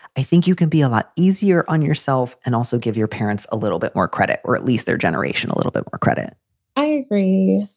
i think you can be a lot easier on yourself and also give your parents a little bit more credit. or at least their generation a little bit more credit i agree.